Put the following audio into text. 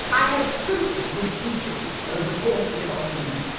i have spoken with each of you over the course of this afternoon,